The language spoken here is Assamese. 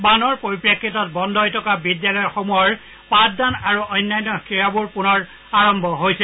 বানৰ পৰিপ্ৰেক্ষিতত বন্ধ হৈ থকা বিদ্যালয়সমূহৰ পাঠদান আৰু অন্যান্য সেৱাবোৰ পুনৰ আৰম্ভ হৈছে